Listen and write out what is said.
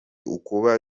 ukuba